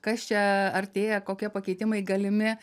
kas čia artėja kokie pakeitimai galimi